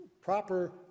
Proper